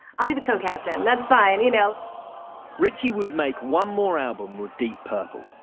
i'll be the co-captain, that's fine. you know ritchie would make one more album with deep purple.